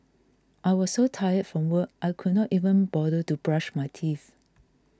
I was so tired from work I could not even bother to brush my teeth